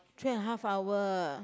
three and a half hour